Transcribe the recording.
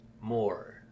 more